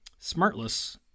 Smartless